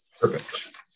perfect